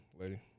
lady